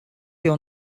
your